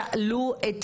שאלו את